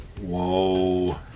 whoa